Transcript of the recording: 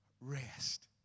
rest